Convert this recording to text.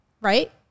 right